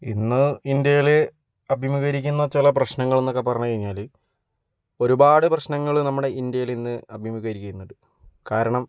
ഇന്ന് ഇന്ത്യയിൽ അഭിമുഖീകരിക്കുന്ന ചില പ്രശ്നങ്ങളെന്നൊക്കെ പറഞ്ഞ് കഴിഞ്ഞാൽ ഒരുപാട് പ്രശ്നങ്ങൾ നമ്മുടെ ഇന്ത്യയിൽ ഇന്ന് അഭിമുഖീകരിക്കുന്നുണ്ട് കാരണം